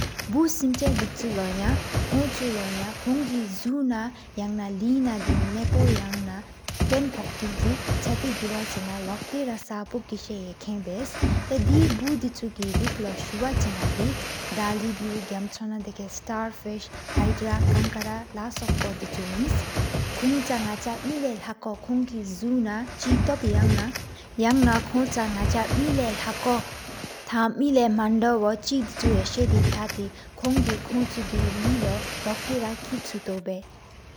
བུག་སིམ་ཆ་དི་ཆུ་ལོ་ཡང་ཀོང་གི་ཟུ་ན། ཡ་ན་ཀོང་གི་ལེ་ན་པོ་ཡ་ན་ཀེན་ཕོག་ཏེ་གི། ཆེ་ཡི་གུ་བ་ཆ་ན་ལོ་སར་བ་ས་པོ་ཀེས་ཡས་པོ་བཡ། ཏྭེ་དེ་བུག་དུའུ་གི་རིཀ་ལོ་སུ་ཝ་ཆེ་ན་དི། དལི་བུག་གམ་ཆི་ན་དེ་ཁེན་ས་ཏོར་ཕུལ་། ཧཱིདྲ་ཀའི་ང་ཀར་ལ་སོག་ཕོ་དི་ཆུ་ཡིན། ཀོང་ཅ་ནག་ཅ་མེ་ལེ་ལེ་ཁོ། ཀོང་གི་ཟུ་ན་ཆེ་ཏོབ་ཡ་ན་ཀོང་ཅ་ནག་ཅ། མེ་ལེ་ལེ་ཁོ་ཐང་མེ་ལེ་མེན་དགོ་བྱེད། དི་ཆུ་ཡེ་ས་དི་ཕ་ཏེ་གི་ཀོང་གི་ཀོང་དི་ཆུ་གི། ལི་ལོ་ལོ་ས་པོ་ཀེ་ཆུ་སལ་བཡ།